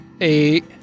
Eight